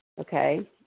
Okay